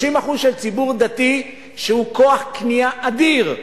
30% של ציבור דתי, שהוא כוח קנייה אדיר,